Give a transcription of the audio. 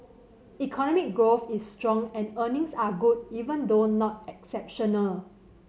economic growth is strong and earnings are good even though not exceptional